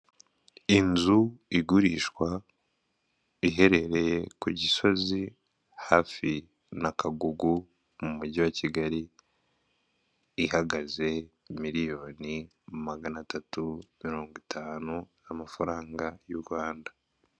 Ni igitsina gore gihagaze arimo arareba yambaye ikote n'ishaneti mu ntoki n'imisatsi ye ifungiye inyuma.